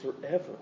forever